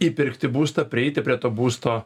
įpirkti būstą prieiti prie to būsto